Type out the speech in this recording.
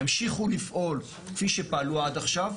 ימשיכו לפעול כפי שפעלו עד עכשיו,